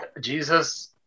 Jesus